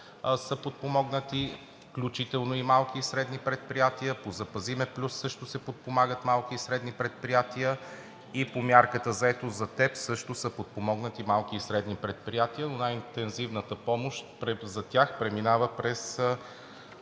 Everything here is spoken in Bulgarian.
са подпомогнати, включително и малки и средни предприятия. По „Запази ме плюс“ също се подпомагат малки и средни предприятия и по мярката „Заетост за теб“ също са подпомогнати малки и средни предприятия, но най-интензивната помощ за тях преминава през